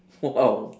!wow!